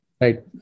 Right